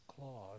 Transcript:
clause